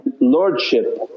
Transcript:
Lordship